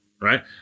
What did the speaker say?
right